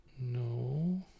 no